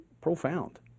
profound